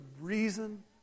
reason